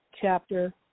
chapter